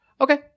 Okay